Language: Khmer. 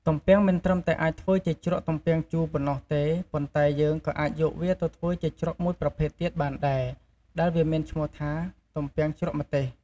ទំំពាំងមិនត្រឹមតែអាចធ្វើជាជ្រក់ទំពាំងជូរប៉ុណ្ណោះទេ ប៉ុន្តែយើងក៏អាចយកវាទៅធ្វើជាជ្រក់មួយប្រភេទទៀតបានដែរ ដែលវាមានឈ្មោះថា ទំពាំងជ្រក់ម្ទេស។